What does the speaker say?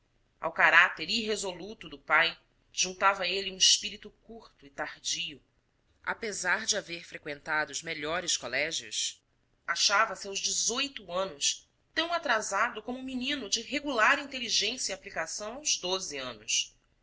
ao caráter irresoluto do pai juntava ele um espírito curto e tardio apesar de haver freqüentado os melhores colégios achava-se aos dezoito anos tão atrasado como um menino de regular inteligência e aplicação aos doze anos